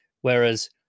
Whereas